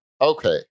Okay